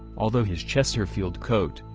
although his chesterfield coat,